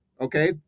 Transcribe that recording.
Okay